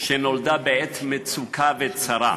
שנולדה בעת מצוקה וצרה,